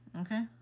Okay